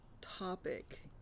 topic